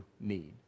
need